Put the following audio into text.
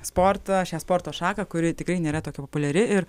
sportą šią sporto šaką kuri tikrai nėra tokia populiari ir